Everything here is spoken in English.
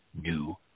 new